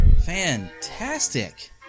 Fantastic